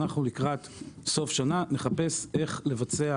לקראת סוף שנה אנחנו נחפש איך לבצע